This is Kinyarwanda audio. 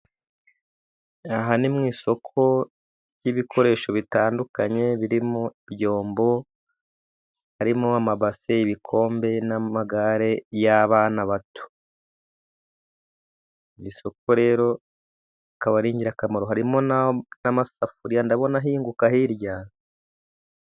Aha ni mu isoko ry'ibikoresho bitandukanye, birimo ibyombo, harimo amabase, ibikombe n'amagare y'abana bato. Iri soko rero rikaba ari ingirakamaro, harimo n'amasafuriya, ndabona ahinguka hiryaa..